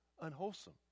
unwholesome